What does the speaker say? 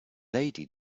lady